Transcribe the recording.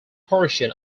portion